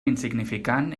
insignificant